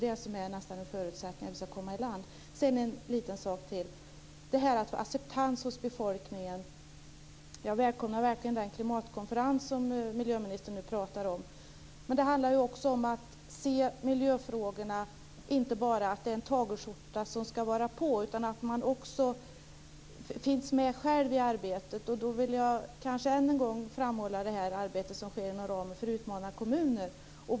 Det är nästan en förutsättning för att vi ska komma i land. Sedan vill jag ta upp en liten sak till, nämligen detta med att få acceptans hos befolkningen. Jag välkomnar verkligen den klimatkonferens som miljöministern nu pratar om, men det handlar ju också om att inte bara se miljöfrågorna som en tagelskjorta som ska vara på utan att också finnas med själv i arbetet. Här vill jag än en gång framhålla det arbete som sker inom ramen för utmanarkommuner.